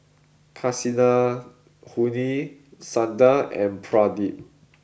Kasinadhuni Santha and Pradip